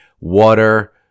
water